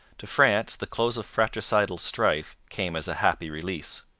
to france the close of fratricidal strife came as a happy release.